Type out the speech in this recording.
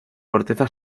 corteza